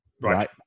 right